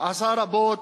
עשה רבות,